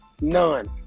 None